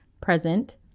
present